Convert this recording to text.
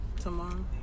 Tomorrow